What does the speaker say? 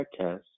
podcast